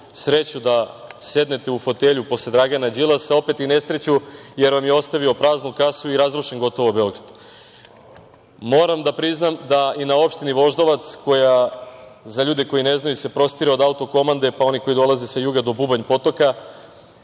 sreću da sednete u fotelju posle Dragana Đilasa, opet i nesreću, jer vam je ostavio praznu kasu i razrušen gotovo Beograd. Moram da priznam da i na opštini Voždovac, za ljude koji ne znaju koja, se prostire od Autokomande do Bubanj potoka,